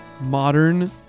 Modern